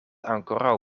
ankoraŭ